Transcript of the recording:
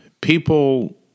people